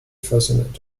fascinating